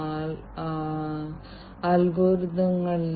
വ്യവസായവും അങ്ങനെ സുരക്ഷാ എർഗണോമിക് പ്രശ്നങ്ങളും